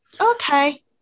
Okay